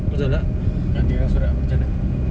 nak tengok surat macam mana